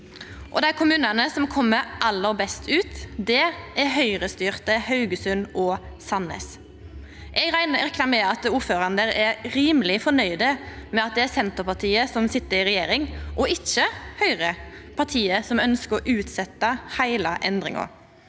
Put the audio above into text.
Og dei kommunane som kjem aller best ut, er Høgrestyrte Haugesund og Sandnes. Eg reknar med at ordførarane der er rimeleg fornøgde med at det er Senterpartiet som sit i regjering og ikkje Høgre, partiet som ønskjer å utsetja heile endringa.